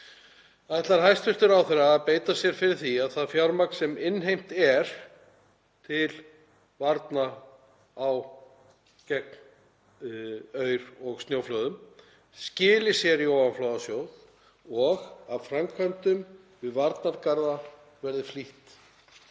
Ætlar hæstv. ráðherra að beita sér fyrir því að það fjármagn sem innheimt er til varna gegn aur- og snjóflóðum skili sér í ofanflóðasjóð og að framkvæmdum við varnargarða verði flýtt